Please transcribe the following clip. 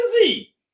busy